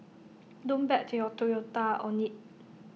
don't bet your Toyota on IT